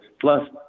Plus